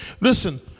Listen